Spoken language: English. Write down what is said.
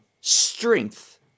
strength